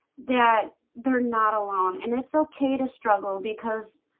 that they're not alone and it's okay to struggle because